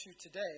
today